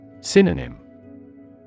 Synonym